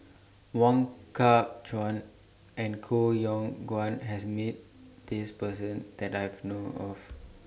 Wong Kah Chun and Koh Yong Guan has Met This Person that I know of